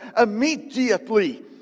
immediately